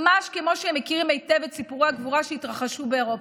ממש כמו שהם מכירים היטב את סיפורי הגבורה שהתרחשו באירופה.